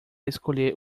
escolher